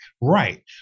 Right